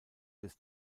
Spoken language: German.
des